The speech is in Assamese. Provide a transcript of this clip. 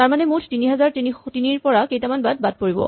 তাৰমানে মুঠ ৩০০৩ ৰ পৰা কেইটামান বাট বাদ পৰিব